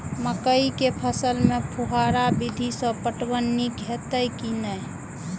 मकई के फसल में फुहारा विधि स पटवन नीक हेतै की नै?